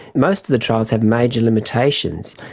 most of the trials have major limitations.